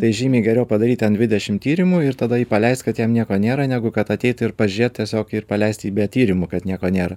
tai žymiai geriau padaryt ten dvidešim tyrimų ir tada jį paleist kad jam nieko nėra negu kad ateit ir pažiet tiesiog jį ir paleist jį be tyrimų kad nieko nėra